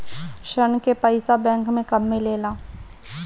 ऋण के पइसा बैंक मे कब मिले ला?